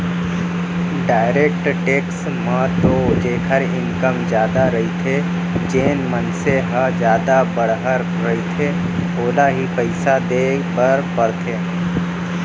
direct tax म तो जेखर इनकम जादा रहिथे जेन मनसे ह जादा बड़हर रहिथे ओला ही पइसा देय बर परथे